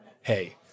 hey